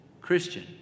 Christian